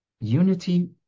unity